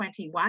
21